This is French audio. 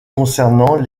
concernant